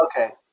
Okay